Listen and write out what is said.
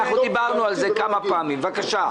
אנחנו דיברנו על זה כמה פעמים, בבקשה.